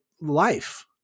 life